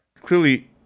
clearly